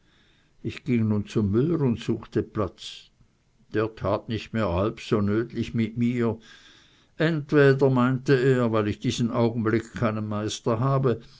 ich ging zum müller und suchte platz der tat nicht mehr halb so nötlich mit mir entweder meinte er weil ich diesen augenblick keinen meister habe